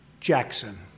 Jackson